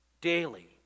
daily